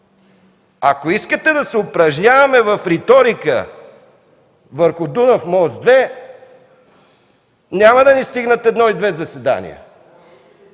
Ако искате да се упражняваме в реторика върху „Дунав мост 2”, няма да ни стигнат едно и две заседания.